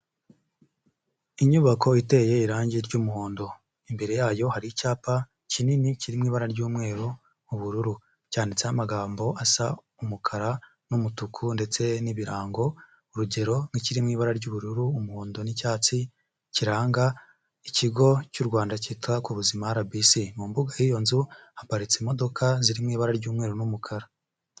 Inyubako iteye irangi ry'umuhondo, imbere yayo hari icyapa kinini kirimo ibara ry'umweru nk'ubururu, cyanditseho amagambo asa umukara n'umutuku, ndetse n'ibirango, urugero; nk'ikiri mu ibara ry'ubururu, umuhondo n'icyatsi, kiranga ikigo cy'u Rwanda cyita ku buzima RBC, mu mbuga y'iyo nzu, haparitse imodoka zirimo ibara ry'umweru n'umukara.